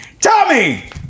Tommy